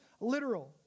literal